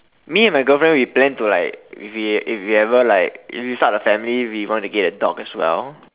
me and my girlfriend we plan to like if we if we ever like if we start a family we want to get a dog as well